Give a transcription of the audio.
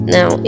Now